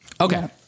Okay